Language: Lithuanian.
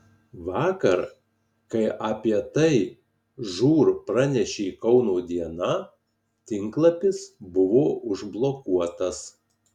vakar kai apie tai žūr pranešė kauno diena tinklapis buvo užblokuotas